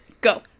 go